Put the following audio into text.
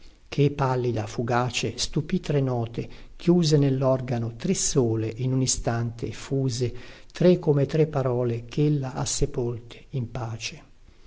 che pallida fugace stupì tre note chiuse nellorgano tre sole in un istante effuse tre come tre parole chella ha sepolte in pace